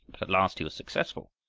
at last he was successful.